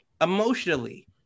emotionally